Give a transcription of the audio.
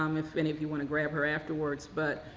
um if any of you want to grab her afterwards, but